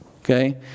Okay